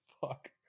Fuck